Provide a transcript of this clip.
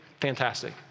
Fantastic